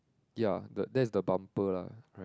ya the that is the bumper lah correct